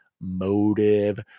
motive